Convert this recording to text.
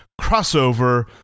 crossover